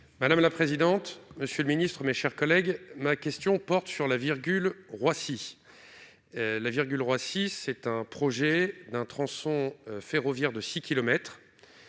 Madame la présidente, monsieur le Ministre, mes chers collègues, ma question porte sur la virgule Roissy la virgule, Roissy c'est un projet d'un tronçon ferroviaire de 6